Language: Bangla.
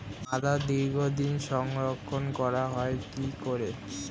আদা দীর্ঘদিন সংরক্ষণ করা হয় কি করে?